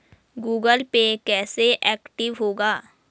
Google Pay कैसे active होगा?